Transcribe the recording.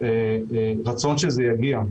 רצון שזה יגיע.